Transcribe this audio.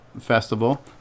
Festival